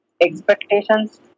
expectations